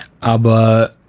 Aber